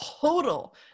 total